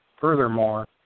Furthermore